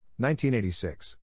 1986